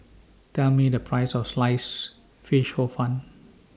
Tell Me The Price of Sliced Fish Hor Fun